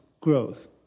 growth